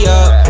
up